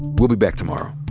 we'll be back tomorrow